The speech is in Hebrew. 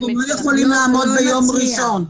אנחנו לא יכולים לעמוד ביום ראשון.